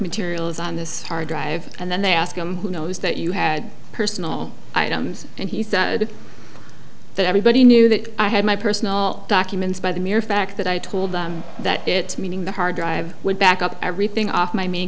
materials on this hard drive and then they asked him who knows that you had personal items and he that everybody knew that i had my personal documents by the mere fact that i told them that its meaning the hard drive would back up everything off my main